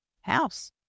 house